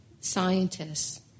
scientists